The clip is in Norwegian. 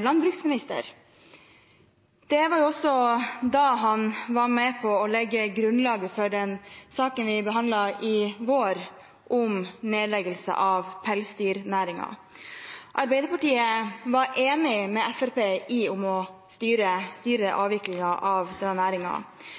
landbruksminister. Det var også da han var med på å legge grunnlaget for den saken vi behandlet i vår om nedleggelse av pelsdyrnæringen. Arbeiderpartiet var enig med Fremskrittspartiet om å styre avviklingen av